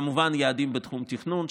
כמובן יעדים בתחום התכנון,